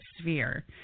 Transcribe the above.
sphere